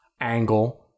angle